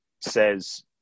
says